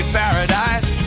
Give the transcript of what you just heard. paradise